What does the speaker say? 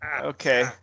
Okay